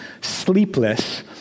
sleepless